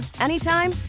anytime